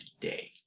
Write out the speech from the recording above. today